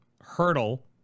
hurdle